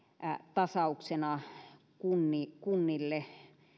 tasauksena kunnille kunnille